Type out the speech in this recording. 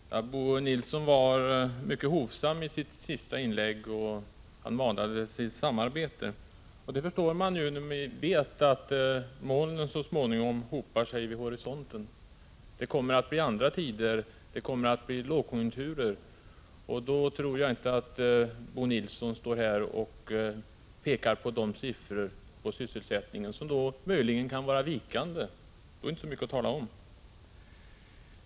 Herr talman! Bo Nilsson var mycket hovsam i sitt senaste inlägg och manade till samarbete. Det är förståeligt, eftersom vi vet att molnen så småningom lär hopa sig vid horisonten. Det kommer att bli andra tider, det kommer att blir lågkonjunkturer. Jag tror inte att Bo Nilsson då står här och pekar på siffrorna för sysselsättningen, som vid det tillfället möjligen kan vara vikande. Då är inte siffror så mycket att tala om.